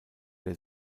der